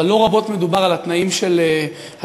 אבל לא רבות מדובר על התנאים של השוטרים,